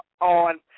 on